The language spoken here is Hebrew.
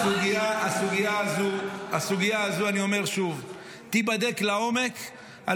אני אומר שוב: הסוגיה הזו תיבדק לעומק על